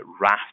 raft